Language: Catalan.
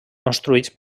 construïts